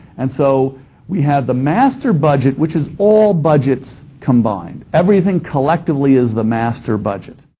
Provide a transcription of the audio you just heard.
and so we have the master budget, which is all budgets combined. everything collectively is the master budget.